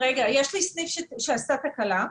יש לי סניף שעשה תקלה,